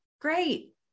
Great